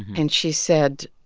and she said,